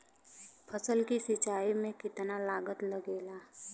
फसल की सिंचाई में कितना लागत लागेला?